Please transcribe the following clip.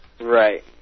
Right